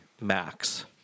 max